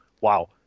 wow